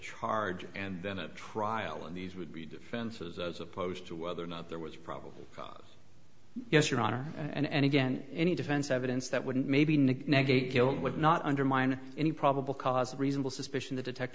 charge and then a trial and these would be defenses as opposed to whether or not there was probable cause yes your honor and again any defense evidence that wouldn't maybe nick would not undermine any probable cause reasonable suspicion the detect